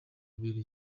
yabereye